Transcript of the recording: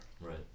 Right